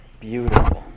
beautiful